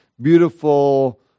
beautiful